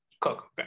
Cook